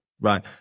Right